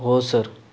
हो सर